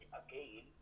again